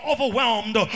overwhelmed